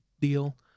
deal